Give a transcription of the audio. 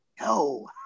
no